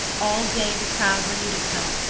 all day the crowd renewed itself,